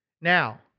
Now